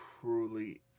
truly